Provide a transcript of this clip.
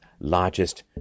largest